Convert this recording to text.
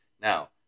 Now